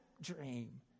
dream